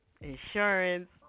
Insurance